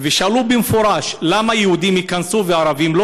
ושאלו במפורש: למה יהודים ייכנסו וערבים לא?